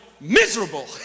miserable